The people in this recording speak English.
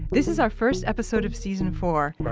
this is our first episode of season four,